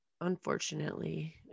Unfortunately